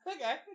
Okay